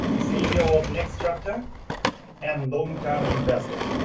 ceo of next chapter and long time investor.